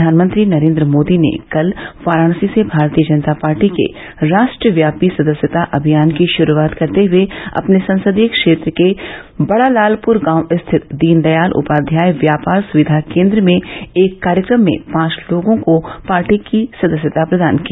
प्रधानमंत्री नरेन्द्र मोदी ने कल वाराणसी से भारतीय जनता पार्टी के राष्ट्रव्यापी सदस्यता अभियान की शुरूआत करते हुए अपने संसदीय क्षेत्र के बड़ा लालपुर गांव स्थित दीनदयाल उपाध्याय व्यापार सुविधा केन्द्र में एक कार्यक्रम में पांच लोगों को पार्टी की सदस्यता प्रदान की